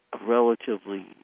relatively